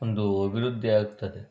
ಒಂದು ಅಭಿವೃದ್ಧಿ ಆಗ್ತದೆ